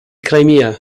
crimea